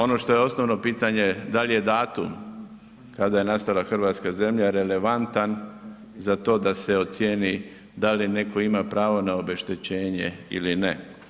Ono što je osnovno pitanje dal je datum kad je nastala hrvatska zemlja relevantan za to da se ocijeni da li netko ima pravo na obeštećenje ili ne.